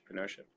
entrepreneurship